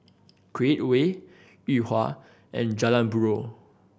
Create Way Yuhua and Jalan Buroh